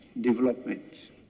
development